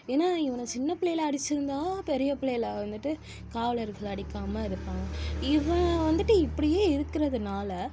ஏன்னால் இவனை சின்ன பிள்ளையில் அடிச்சுருந்தா பெரிய பிள்ளையில் வந்துட்டு காவலர்கள் அடிக்காமல் இருப்பாங்க இவன் வந்துட்டு இப்படியே இருக்கிறதுனால